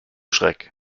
schreck